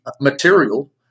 material